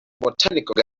botanical